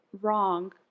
wrong